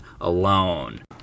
alone